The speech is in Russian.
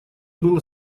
было